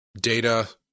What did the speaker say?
Data